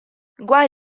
guai